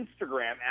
Instagram